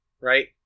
right